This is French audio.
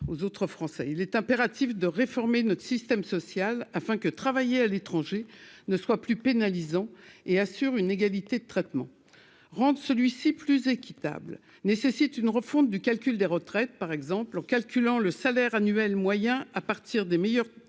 aux autres Français, il est impératif de réformer notre système social afin que travailler à l'étranger ne soit plus pénalisant et assure une égalité de traitement rendent celui-ci plus équitable nécessite une refonte du calcul des retraites. Par exemple, en calculant le salaire annuel moyen à partir des meilleures